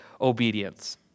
obedience